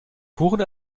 kuchen